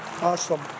Awesome